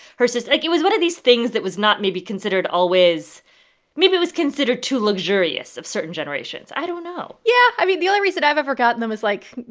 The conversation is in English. her sister like it was one of these things that was not maybe considered always maybe it was considered too luxurious of certain generations. i don't know yeah. i mean, the only reason i've ever gotten them is, like,